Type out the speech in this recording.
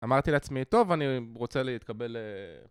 אמרתי לעצמי טוב אני רוצה להתקבל...